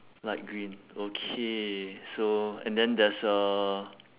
light green okay so and then there's a